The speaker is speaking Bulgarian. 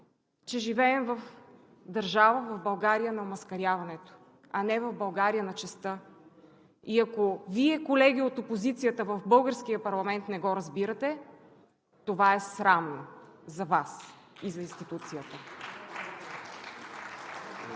че живеем в държава, в България на омаскаряването, а не в България на честта, и ако Вие, колеги от опозицията в българския парламент, не го разбирате, това е срамно за Вас и за институцията.